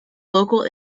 local